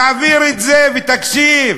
תעביר את זה ותקשיב.